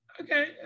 Okay